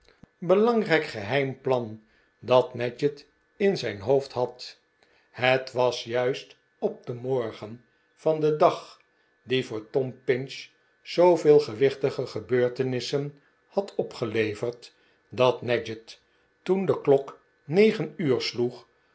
lahgrijk geheim plan dat nadgett in zijn hoofd had het was juist op den morgen van den dag die voor tom pinch zooveel gewichtige gebeurtenissen had opgeleverd dat nadgett toen de klok negen uur sloeg